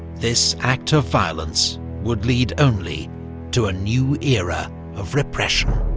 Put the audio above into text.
this act of violence would lead only to a new era of repression.